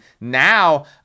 now